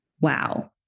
wow